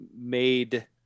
made